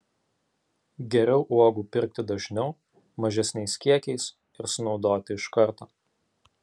geriau uogų pirkti dažniau mažesniais kiekiais ir sunaudoti iš karto